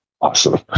Awesome